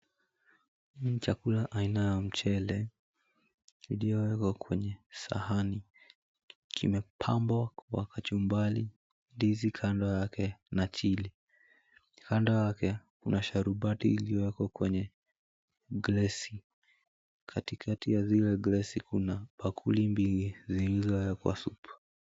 Hi ni chakula aina ya mchele iliyowekwa kwenye sahani, kimepambwa kwa kachumbari, ndizi kando yake na chilli ,kando yake kuna sharubati iliyowekwa kwenye glasi katikati ya zile glasi kuna bakuli mbili zilizowekwa supu.